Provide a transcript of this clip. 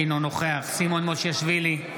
אינו נוכח סימון מושיאשוילי,